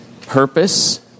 purpose